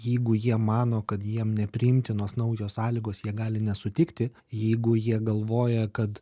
jeigu jie mano kad jiem nepriimtinos naujos sąlygos jie gali nesutikti jeigu jie galvoja kad